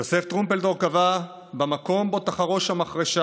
יוסף טרומפלדור קבע: "במקום בו תחרוש המחרשה